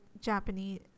Japanese